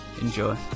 enjoy